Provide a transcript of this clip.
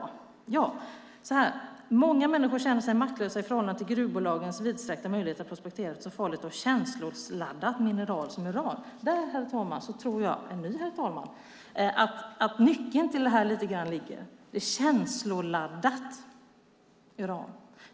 I en av reservationerna skriver man: "Många människor känner sig maktlösa i förhållande till gruvbolagens vidsträckta möjligheter att prospektera efter ett så farligt och känsloladdat mineral som uran." Herr talman! Där tror jag att nyckeln till detta lite grann ligger. Uran är känsloladdat.